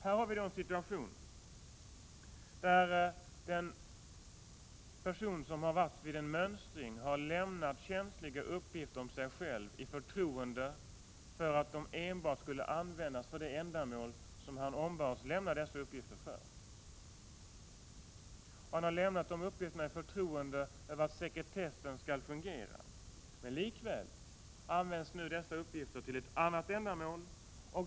Här har vi en situation där en person vid mönstringen i förtroende har lämnat känsliga uppgifter om sig själv för att de enbart skulle användas till de ändamål som angavs som skäl då han ombads att lämna dessa uppgifter. Han har lämnat uppgifterna i förtroende och litat på att sekretessen skall fungera. Likväl används nu dessa uppgifter till ett annat ändamål.